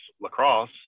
lacrosse